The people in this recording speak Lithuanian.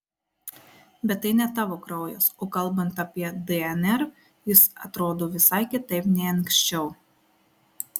bet tai ne tavo kraujas o kalbant apie dnr jis atrodo visai kitaip nei anksčiau